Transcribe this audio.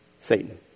Satan